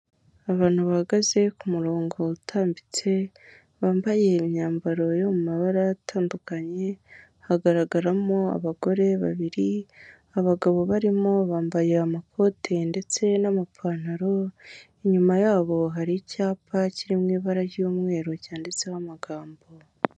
Abantu bahagaze ku murongo utambitse, bambaye imyambaro yo mu mabara atandukanye, hagaragaramo abagore babiri, abagabo barimo bambaye amakote ndetse n'amapantaro, inyuma yabo hari icyapa kiri mu ibara ry'umweru cyanditseho amagambo.